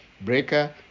Breaker